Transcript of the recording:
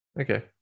Okay